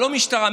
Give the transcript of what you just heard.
לא משטרה,